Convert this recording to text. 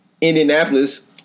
Indianapolis